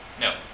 No